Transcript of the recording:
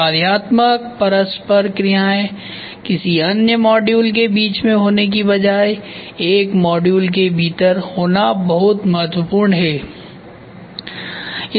कार्यात्मक परस्पर क्रियाएं किसी अन्य मॉड्यूलके बीच होने के बजाय एक मॉड्यूल के भीतर होना बहुत महत्वपूर्ण होती है